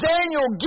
Daniel